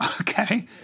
Okay